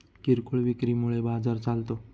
किरकोळ विक्री मुळे बाजार चालतो